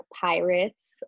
pirates